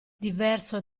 diverso